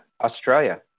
Australia